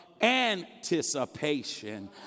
anticipation